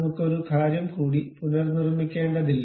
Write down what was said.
നമുക്ക് ഒരു കാര്യം കൂടി പുനർനിർമ്മിക്കേണ്ടതില്ല